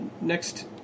next